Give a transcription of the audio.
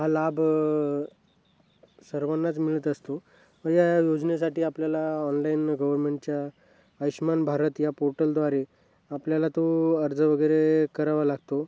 हा लाभ सर्वांनाच मिळत असतो मग या योजनेसाठी आपल्याला ऑनलाईन गव्हर्मेंटच्या आयुष्मान भारत या पोर्टलद्वारे आपल्याला तो अर्ज वगैरे करावा लागतो